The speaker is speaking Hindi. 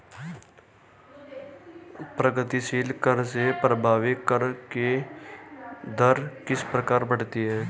प्रगतिशील कर से प्रभावी कर की दर किस प्रकार बढ़ती है?